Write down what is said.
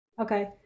okay